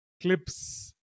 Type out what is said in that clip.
clips